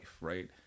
right